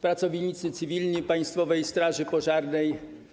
Pracownicy Cywilni Państwowej Straży Pożarnej!